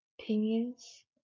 opinions